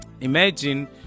imagine